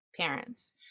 parents